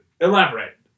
Elaborate